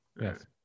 yes